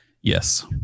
Yes